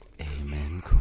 Amen